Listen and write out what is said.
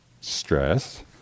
stress